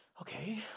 okay